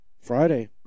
Friday